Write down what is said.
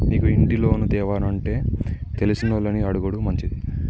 నీకు ఇంటి లోను తేవానంటే తెలిసినోళ్లని అడుగుడు మంచిది